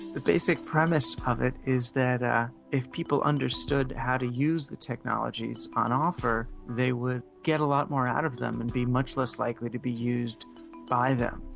the basic premise of it is that ah if people understood how to use the technologies on offer, they would get a lot more out of them and be much less likely to be used by them.